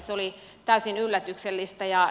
se oli täysin yllätyksellistä